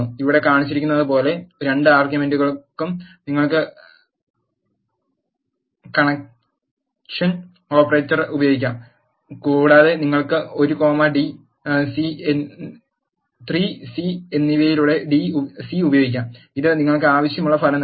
ഇവിടെ കാണിച്ചിരിക്കുന്നതുപോലുള്ള രണ്ട് ആർഗ്യുമെന്റുകൾക്കും നിങ്ങൾക്ക് കൺകാറ്റെനേഷൻ ഓപ്പറേറ്റർ ഉപയോഗിക്കാം നിങ്ങൾക്ക് 1 കോമ 3 സി എന്നിവയുടെ സി ഉപയോഗിക്കാം ഇത് നിങ്ങൾക്ക് ആവശ്യമുള്ള ഫലം നൽകുന്നു